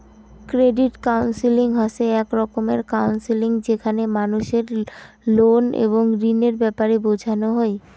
credit counselling হসে এক রকমের কাউন্সেলিং যেখানে মানুষকে লোন এবং ঋণের ব্যাপারে বোঝানো হই